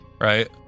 Right